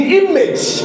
image